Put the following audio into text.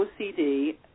OCD